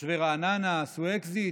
תושבי רעננה, עשו אקזיט